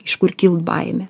iš kur kyla baimė